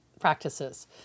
practices